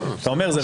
אתה אומר, זה